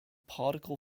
particle